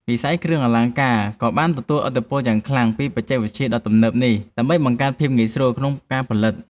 វិស័យគ្រឿងអលង្ការក៏បានទទួលឥទ្ធិពលយ៉ាងខ្លាំងពីបច្ចេកវិទ្យាដ៏ទំនើបនេះដើម្បីបង្កើនភាពងាយស្រួលក្នុងការផលិត។